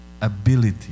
ability